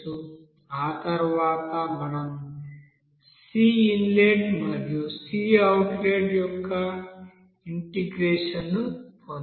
ఆ తరువాత మనం C ఇన్లెట్ మరియు C అవుట్లెట్ యొక్క ఇంటెగ్రేషన్ ను పొందవచ్చు